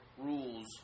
rules